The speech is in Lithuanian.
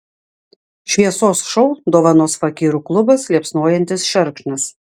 šviesos šou dovanos fakyrų klubas liepsnojantis šerkšnas